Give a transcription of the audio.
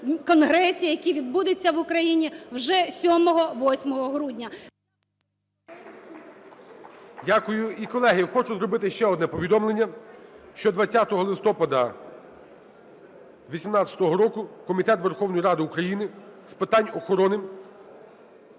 конгресі, який відбудеться в Україні вже 7-8 грудня.